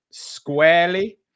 Squarely